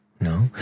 no